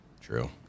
True